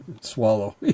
swallow